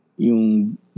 yung